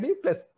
plus